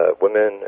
women